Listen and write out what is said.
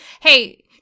Hey